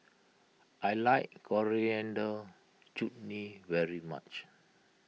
I like Coriander Chutney very much